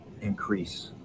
increase